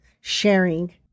sharing